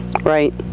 Right